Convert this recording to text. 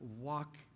Walk